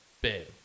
babe